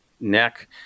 neck